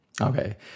Okay